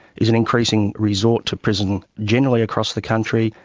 is an increasing resort to prison generally across the country,